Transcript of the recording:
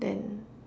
then